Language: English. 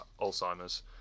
Alzheimer's